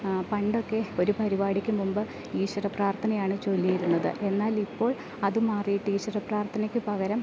ആ പണ്ടൊക്കെ ഒരു പരിപാടിക്ക് മുമ്പ് ഈശ്വര പ്രാർത്ഥനയാണ് ചൊല്ലിയിരുന്നത് എന്നാൽ ഇപ്പോൾ അത് മാറിയിട്ട് ഈശ്വര പ്രാർത്ഥനയ്ക്ക് പകരം